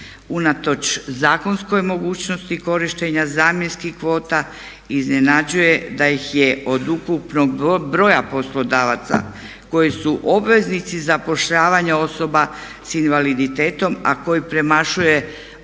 Unatoč zakonskoj mogućnosti korištenja zamjenskih kvota iznenađuje da ih je od ukupnog broja poslodavaca koji su obveznici zapošljavanja osoba s invaliditetom, a koji premašuje brojku